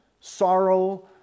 sorrow